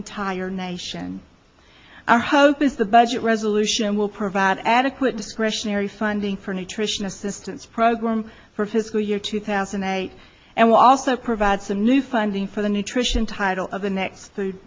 entire nation our hope is the budget resolution will provide adequate discretionary funding for nutrition assistance program for fiscal year two thousand and eight and will also provide some new funding for the nutrition title of the next f